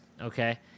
Okay